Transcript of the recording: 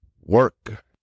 work